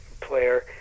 player